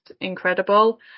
incredible